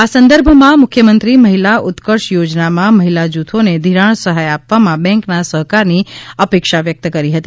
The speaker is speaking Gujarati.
આ સંદર્ભમાં મુખ્યમંત્રી મહિલા ઉત્કર્ષ યોજનામાં મહિલા જૂથોને ઘિરાણ સહાય આપવામાં બેંકના સહકારની અપેક્ષા વ્યક્ત કરી હતી